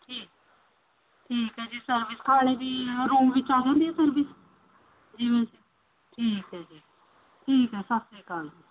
ਠੀਕ ਠੀਕ ਹੈ ਜੀ ਸਰਵਿਸ ਖਾਣੇ ਦੀ ਰੂਮ ਵਿਚ ਆ ਜਾਂਦੀ ਹੈ ਸਰਵਿਸ ਜਿਵੇਂ ਠੀਕ ਹੈ ਜੀ ਠੀਕ ਹੈ ਸਤਿ ਸ਼੍ਰੀ ਅਕਾਲ ਜੀ